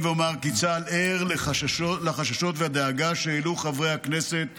צה"ל ער לחששות ולדאגה שהעלו חברי הכנסת